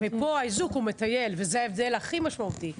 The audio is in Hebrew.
ופה האיזוק הוא מטייל וזה ההבדל הכי משמעותי.